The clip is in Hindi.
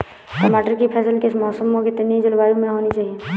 टमाटर की फसल किस मौसम व कितनी जलवायु में होनी चाहिए?